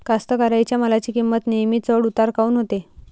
कास्तकाराइच्या मालाची किंमत नेहमी चढ उतार काऊन होते?